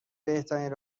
بهترین